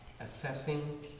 Assessing